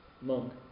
Monk